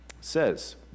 says